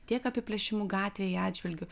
tiek apiplėšimų gatvėje atžvilgiu